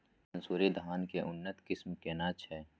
मानसुरी धान के उन्नत किस्म केना छै?